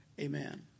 Amen